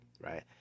right